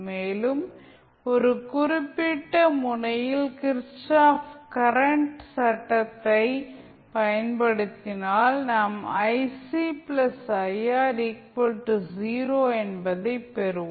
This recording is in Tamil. மேலும் இந்த குறிப்பிட்ட முனையில் கிர்ச்சாஃப் kirchhoffs கரண்ட் சட்டத்தைப் kirchhoffs பயன்படுத்தினால் நாம் என்பதைப் பெறுவோம்